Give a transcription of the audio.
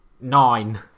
Nine